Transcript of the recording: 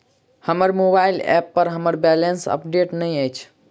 हमर mobile app पर हमर बैलेंस अपडेट नहि अछि